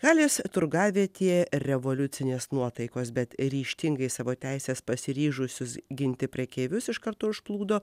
halės turgavietėje revoliucinės nuotaikos bet ryžtingai savo teises pasiryžusius ginti prekeivius iš karto užplūdo